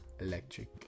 Electric